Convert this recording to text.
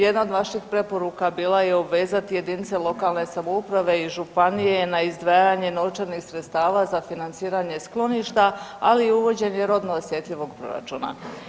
Jedna od vaših preporuka bila je obvezati jedinice lokalne samouprave i županije na izdvajanje novčanih sredstava za financiranje skloništa, ali i uvođenje rodnog osjetljivog proračuna.